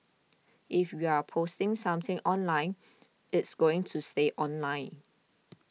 if you're posting something online it's going to stay online